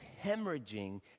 hemorrhaging